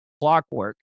clockwork